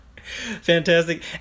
fantastic